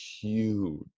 huge